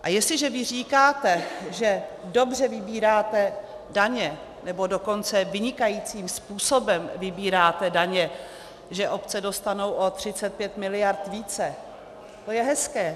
A jestliže vy říkáte, že dobře vybíráte daně, nebo dokonce vynikajícím způsobem vybíráte daně, že obce dostanou o 35 miliard více, to je hezké.